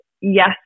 yes